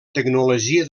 tecnologia